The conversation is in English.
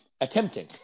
attempting